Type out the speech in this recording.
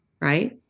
right